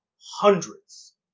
hundreds